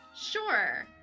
sure